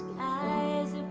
as